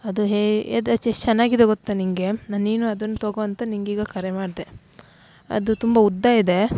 ಅದು ಹೇ ಅದೆಷ್ಟು ಎಷ್ಟು ಚೆನ್ನಾಗಿದೆ ಗೊತ್ತ ನಿನಗೆ ನ ನೀನು ಅದನ್ನ ತಗೋ ಅಂತ ನಿಂಗೆ ಈಗ ಕರೆ ಮಾಡಿದೆ ಅದು ತುಂಬ ಉದ್ದ ಇದೆ